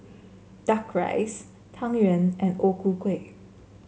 duck rice Tang Yuen and O Ku Kueh